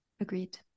agreed